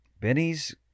Benny's